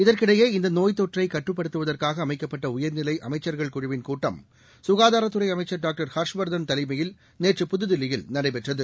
இதற்கிடையே இந்தநோப் தொற்றைகட்டுப்படுத்துவதற்காகஅமைக்கப்பட்டஉயர்நிலைஅமைச்சர்கள் குழுவின் கூட்டம் ககாதாரத்துறைஅமைச்சர் டாக்டர் ஹர்ஷவர்தன் தலைமையில் நேற்று புதுதில்லியில் நடைபெற்றது